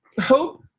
Hope